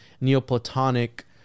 Neoplatonic